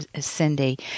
Cindy